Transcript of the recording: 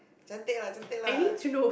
cantik lah cantik lah